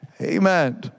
Amen